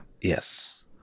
Yes